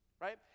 Right